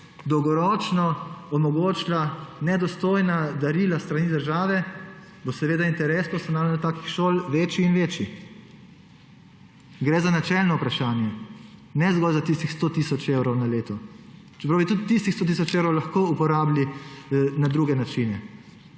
dolgoročno omogočila nedostojna darila s strani države, bo seveda interes po ustanavljanju takih šol večji in večji. Gre za načelno vprašanje, ne zgolj za tistih 100 tisoč evrov na leto. Čeprav bi tudi tistih 100 tisoč evrov lahko uporabili na druge načine.